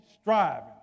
striving